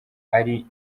ari